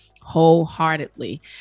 wholeheartedly